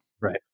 right